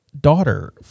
Daughter